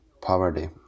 poverty